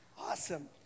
Awesome